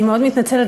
אני מאוד מתנצלת.